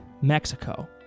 Mexico